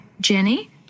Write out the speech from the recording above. Jenny